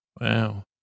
Wow